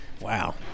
Wow